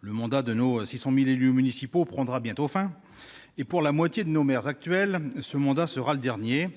Le mandat de nos 600 000 élus municipaux prendra bientôt fin. Pour la moitié de nos maires actuels, ce mandat sera leur dernier.